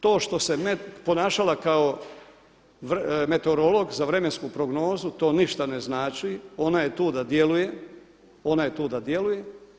To što se ponašala kao meteorolog za vremensku prognozu, to ništa ne znači, ona je tu da djeluje, ona je tu da djeluje.